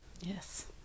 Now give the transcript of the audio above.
Yes